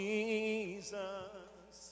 Jesus